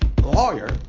lawyer